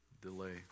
delay